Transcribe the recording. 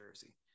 Jersey